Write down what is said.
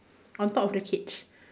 on top of the cage